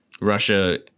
Russia